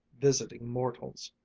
visiting mortals.